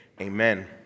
amen